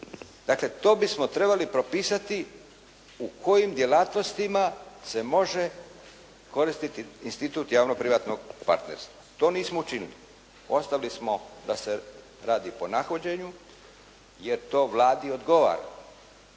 dakle to bismo trebali propisati u kojim djelatnostima se može koristiti institut javno-privatnog partnerstva. To nismo učinili. Ostavili smo da se radi po nahođenju jer to Vladi odgovara.